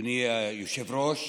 אדוני היושב-ראש,